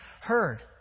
heard